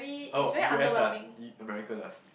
oh U_S does U~ America does